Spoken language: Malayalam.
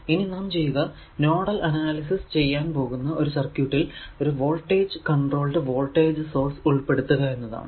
ഇനി നാം ചെയ്യുക നോഡൽ അനാലിസിസ് ചെയ്യാൻ പോകുന്ന ഒരു സർക്യൂട്ടിൽ ഒരു വോൾടേജ് കൺട്രോൾഡ് വോൾടേജ് സോഴ്സ് ഉൾപെടുത്തുക എന്നതാണ്